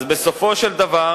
אז בסופו של דבר